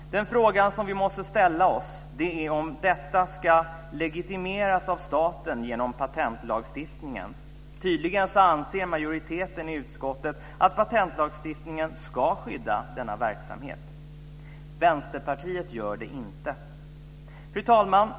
Den fråga som vi måste ställa oss är om detta ska legitimeras av staten genom patentlagstiftningen. Tydligen anser majoriteten i utskottet att patentlagstiftningen ska skydda denna verksamhet. Det gör inte Vänsterpartiet. Fru talman!